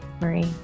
Marie